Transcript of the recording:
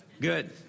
Good